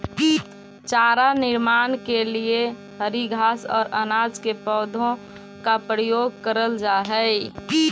चारा निर्माण के लिए हरी घास और अनाज के पौधों का प्रयोग करल जा हई